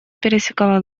пересекала